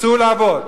צאו לעבוד.